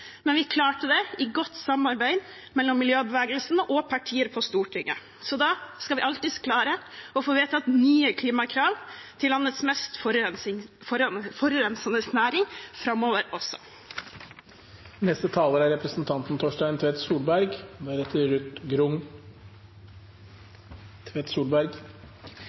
Men vi klarte det – i godt samarbeid mellom miljøbevegelsen og partier på Stortinget. Så da skal vi alltids klare å få vedtatt nye klimakrav til landets mest forurensende næring også framover. I dag er